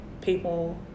people